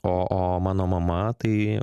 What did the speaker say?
o o mano mama tai